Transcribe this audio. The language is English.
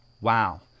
wow